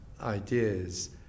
ideas